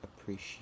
appreciate